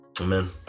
Amen